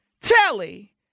Telly